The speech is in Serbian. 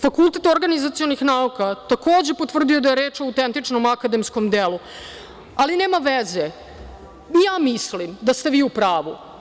Fakultet organizacionih nauka takođe je potvrdio da je reč o autentičnom akademskom delu, ali, nema veze i ja mislim da ste vi u pravu.